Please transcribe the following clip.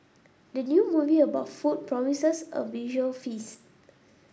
the new movie about food promises a visual feast